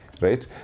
right